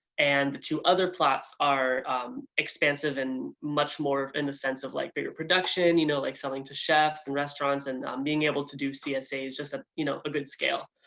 and the two other plots are expansive and much more in the sense of like bigger production, you know like selling to chefs, and restaurants, and being able to do csas, just a you know a good scale.